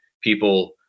people